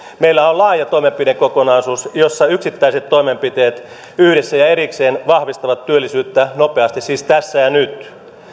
meillä on laaja toimenpidekokonaisuus jossa yksittäiset toimenpiteet yhdessä ja erikseen vahvistavat työllisyyttä nopeasti siis tässä ja nyt